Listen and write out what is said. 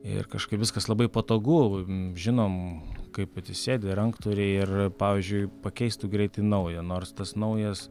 ir kažkaip viskas labai patogu žinom kaip atsisėdi ranktūriai ir pavyzdžiui pakeistų greitai naują nors tas naujas